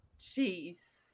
Jeez